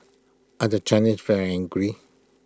are the Chinese very angry